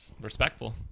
respectful